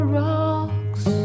rocks